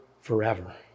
forever